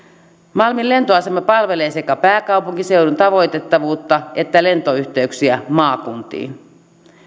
malmin lentoasema palvelee sekä pääkaupunkiseudun tavoitettavuutta että lentoyhteyksiä maakuntiin